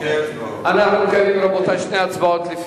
רבותי, אנחנו מקיימים שתי הצבעות: